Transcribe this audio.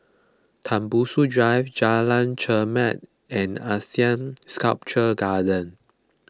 Tembusu Drive Jalan Chermat and Asean Sculpture Garden